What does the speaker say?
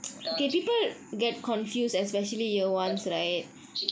because in the in the ya in the own T_L_S she only dance well